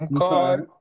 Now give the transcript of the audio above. Okay